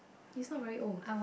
he's not very old